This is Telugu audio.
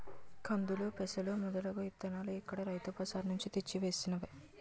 కందులు, పెసలు మొదలగు ఇత్తనాలు ఇక్కడ రైతు బజార్ నుంచి తెచ్చి వేసినవే